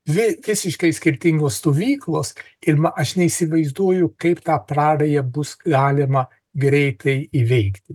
dvi visiškai skirtingos stovyklos ir aš neįsivaizduoju kaip tą prarają bus galima greitai įveikti